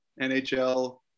NHL